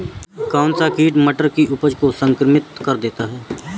कौन सा कीट मटर की उपज को संक्रमित कर देता है?